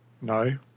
No